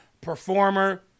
performer